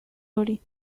hori